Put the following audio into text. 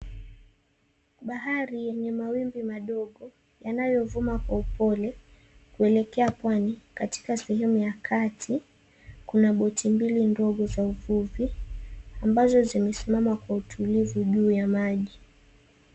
Bahari yenye mawimbi madogo yanayovuma kwa upole kuelekea pwani. Katika sehemu ya kati kuna boti mbili ndogo za uvuvi ambazo zimesimama kwa utulivu juu ya maji.